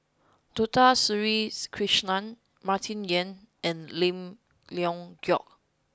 Dato Sri Krishna Martin Yan and Lim Leong Geok